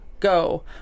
Go